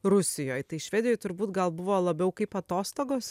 rusijoj tai švedijoj turbūt gal buvo labiau kaip atostogos